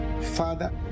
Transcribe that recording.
Father